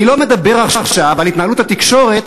אני לא מדבר עכשיו על התנהלות התקשורת,